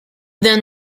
then